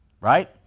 Right